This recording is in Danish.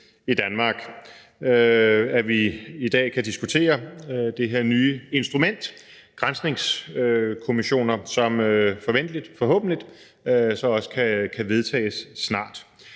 i Danmark. I dag kan vi diskutere det her nye instrument, granskningskommissioner, som forhåbentlig også snart kan vedtages.